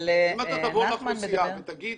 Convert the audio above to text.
אבל נחמן מדבר --- אם אתה תבוא לאוכלוסייה ותגיד